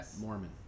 Mormon